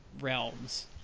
realms